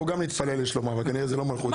אנחנו גם נתפלל לשלומה אבל כנראה זאת לא מלכות.